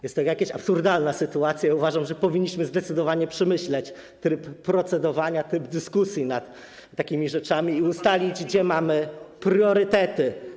Jest to jakaś absurdalna sytuacja i uważam, że powinniśmy zdecydowanie przemyśleć tryb procedowania, tryb dyskusji nad takimi rzeczami i ustalić, jakie mamy priorytety.